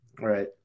Right